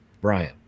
Brian